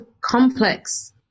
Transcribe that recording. complex